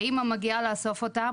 האמא מגיעה לאסוף אותה,